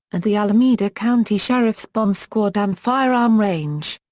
and the alameda county sheriff's bomb squad and firearm range.